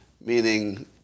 meaning